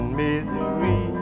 misery